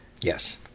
Yes